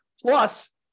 Plus